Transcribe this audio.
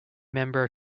member